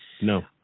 No